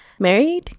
Married